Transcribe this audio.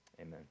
Amen